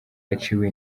yaciwe